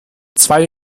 zwei